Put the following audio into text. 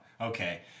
okay